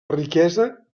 riquesa